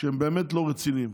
שהם באמת לא רציניים.